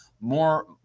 more